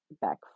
back